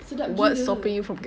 sedap gila